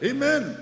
Amen